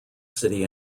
city